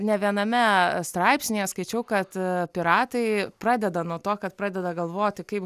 ne viename straipsnyje skaičiau kad piratai pradeda nuo to kad pradeda galvoti kaip